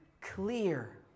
clear